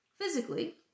physically